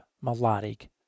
melodic